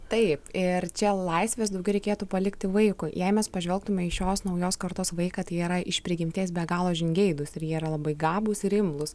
taip ir čia laisvės daugiau reikėtų palikti vaikui jei mes pažvelgtume į šios naujos kartos vaiką tai jie yra iš prigimties be galo žingeidūs ir jie yra labai gabūs ir imlūs